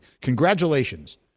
Congratulations